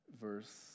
verse